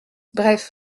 bref